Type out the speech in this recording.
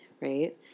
right